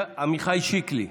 עמיחי שיקלי,